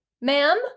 Ma'am